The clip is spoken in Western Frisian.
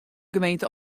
gemeente